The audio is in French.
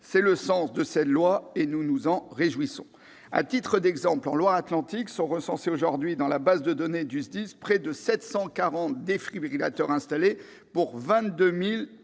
C'est le sens de cette proposition de loi, et nous nous en réjouissons. À titre d'exemple, en Loire-Atlantique sont recensés aujourd'hui dans la base de données du SDIS près de 740 défibrillateurs pour 22 230